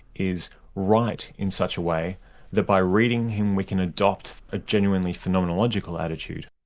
is write in such a way that by reading him we can adopt a genuinely phenomenological attitude.